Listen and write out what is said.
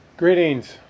Greetings